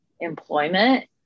employment